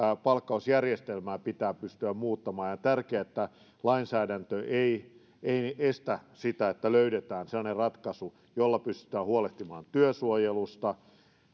palkkausjärjestelmää pitää pystyä muuttamaan ja on tärkeää että lainsäädäntö ei ei estä sitä että löydetään sellainen ratkaisu jolla pystytään huolehtimaan työsuojelusta